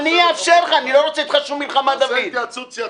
ארץ ייצורו,